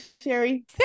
Sherry